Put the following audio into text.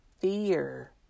fear